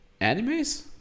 animes